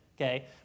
okay